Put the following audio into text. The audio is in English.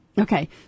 okay